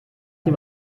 dem